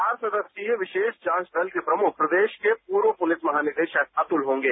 चार सदस्यीय विशेष जांच दल के प्रमुख प्रदेश के पूर्व पुलिस महानिदेशक अतुल होंगे